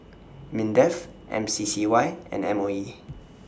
Mindef M C C Y and M O E